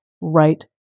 right